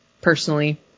personally